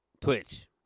Twitch